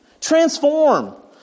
transform